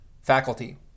faculty